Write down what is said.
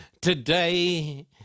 today